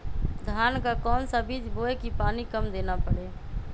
धान का कौन सा बीज बोय की पानी कम देना परे?